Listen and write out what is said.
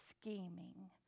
scheming